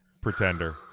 Pretender